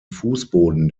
fußboden